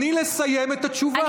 תני לסיים את התשובה.